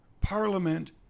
parliament